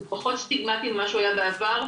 זה פחות סטיגמטי ממה שהיה בעבר.